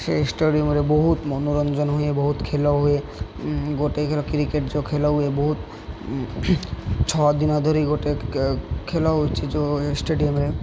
ସେ ଷ୍ଟାଡ଼ିୟମ୍ରେ ବହୁତ ମନୋରଞ୍ଜନ ହୁଏ ବହୁତ ଖେଳ ହୁଏ ଗୋଟେ ଖେଳ କ୍ରିକେଟ୍ ଯେଉଁ ଖେଳ ହୁଏ ବହୁତ ଛଅ ଦିନ ଧରି ଗୋଟେ ଖେଳ ହଉଛି ଯେଉଁ ଷ୍ଟାଡ଼ିୟମ୍ରେ